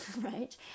right